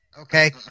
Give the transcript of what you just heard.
Okay